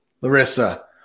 Larissa